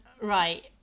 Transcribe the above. right